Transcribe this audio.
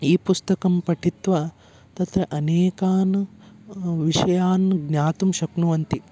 E पुस्तकं पठित्वा तत्र अनेकान् विषयान् ज्ञातुं शक्नुवन्ति